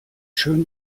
schön